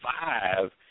five